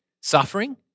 suffering